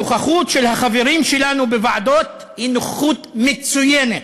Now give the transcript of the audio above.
הנוכחות של החברים שלנו בוועדות היא נוכחות מצוינת,